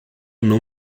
não